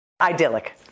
Idyllic